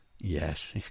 Yes